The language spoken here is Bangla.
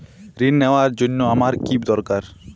ঋণ নেওয়ার জন্য আমার কী দরকার?